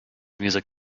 music